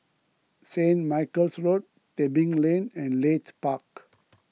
Saint Michael's Road Tebing Lane and Leith Park